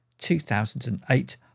2008